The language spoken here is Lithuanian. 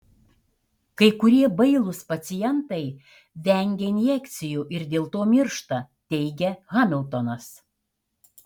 kai kurie bailūs pacientai vengia injekcijų ir dėl to miršta teigia hamiltonas